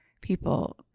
people